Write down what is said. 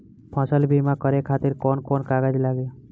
फसल बीमा करे खातिर कवन कवन कागज लागी?